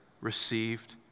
received